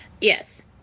yes